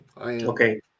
Okay